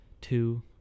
two